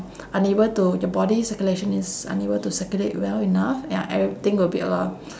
unable to your body circulation is unable to circulate well enough ya everything will be a lot